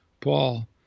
Paul